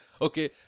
Okay